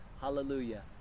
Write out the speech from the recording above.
Hallelujah